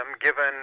given